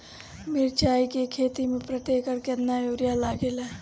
मिरचाई के खेती मे प्रति एकड़ केतना यूरिया लागे ला?